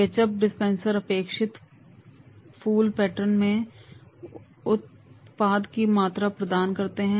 ketchup dispenser अपेक्षित फूल pattern में उत्पाद की मात्रा प्रदान करते हैं